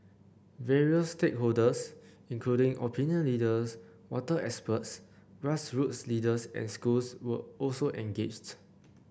various stakeholders including opinion leaders water experts grassroots leaders and schools were also engaged